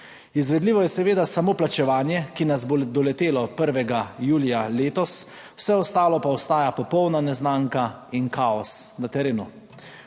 Izvedljivo je seveda samo plačevanje, ki nas bo doletelo 1. julija letos, vse ostalo pa ostaja popolna neznanka in kaos na terenu.